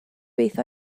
beth